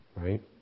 Right